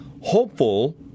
hopeful